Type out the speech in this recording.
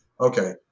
okay